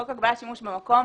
חוק הגבלת שימוש במקום